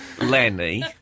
Lenny